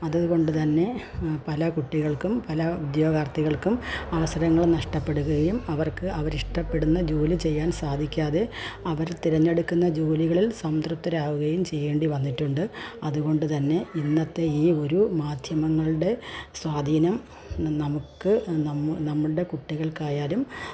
അതുകൊണ്ട് തന്നെ പല കുട്ടികൾക്കും പല ഉദ്യോഗാർത്ഥികൾക്കും അവസരങ്ങൾ നഷ്ടപ്പെടുകയും അവർക്ക് അവർ ഇഷ്ടപ്പെടുന്ന ജോലി ചെയ്യാൻ സാധിക്കാതെ അവർ തിരഞ്ഞെടുക്കുന്ന ജോലികളിൽ സംതൃപ്തരാവുകയും ചെയ്യേണ്ടി വന്നിട്ടുണ്ട് അതുകൊണ്ട് തന്നെ ഇന്നത്തെ ഈ ഒരു മാധ്യമങ്ങൾടെ സ്വാധീനം നമുക്ക് നമ്മൾടെ കുട്ടികൾക്കായാലും